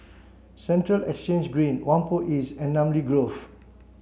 Central Exchange Green Whampoa East and Namly Grove